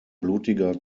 blutiger